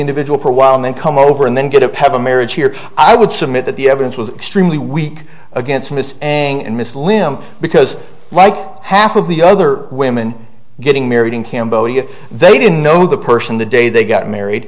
individual for a while and then come over and then get it have a marriage here i would submit that the evidence was extremely weak against mr and mrs lim because like half of the other women getting married in cambodia they didn't know who the person the day they got married